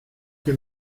que